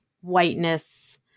whiteness